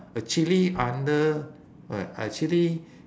actually under uh actually